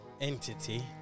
entity